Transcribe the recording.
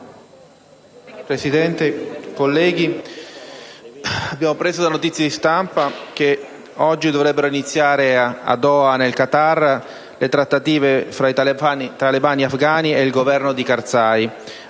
Presidente, onorevoli colleghi, abbiamo appreso da notizie di stampa che oggi dovrebbero iniziare a Doha, nel Qatar, le trattative fra i talebani afghani e il Governo di Karzai,